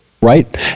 right